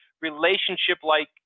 relationship-like